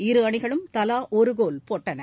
இரு அணிகளும் தலா ஒரு கோல் போட்டன